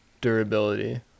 durability